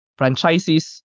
franchises